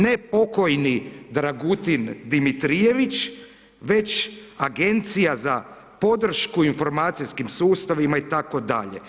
Ne pokojni Dragutin Dimitrijević već Agencija za podršku informacijskim sustavima itd.